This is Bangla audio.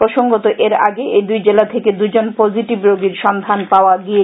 প্রসঙ্গত এর আগে এই দুই জেলা থেকে দুজন পজেটিভ রোগীর সন্ধান পাওয়া গিয়েছিল